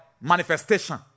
manifestation